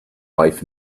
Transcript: life